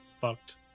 fucked